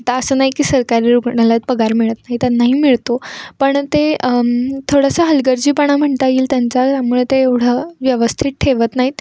ता असं नाही की सरकारी रुग्णालयात पगार मिळत नाही तर नाही मिळतो पण ते थोडंसं हलगर्जीपणा म्हणता येईल त्यांचा त्यामुळे ते एवढं व्यवस्थित ठेवत नाहीत